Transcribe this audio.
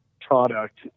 product